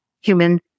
human